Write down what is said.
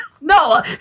No